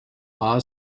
awe